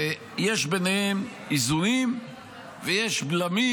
ויש ביניהן איזונים ויש בלמים,